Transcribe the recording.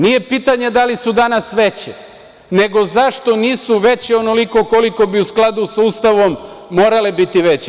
Nije pitanje da li su danas veće, nego zašto nisu veće onoliko koliko bi u skladu sa Ustavom morale biti veće.